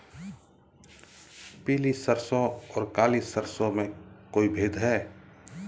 पीली सरसों और काली सरसों में कोई भेद है?